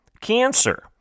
cancer